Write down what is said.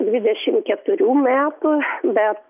dvidešim keturių metų bet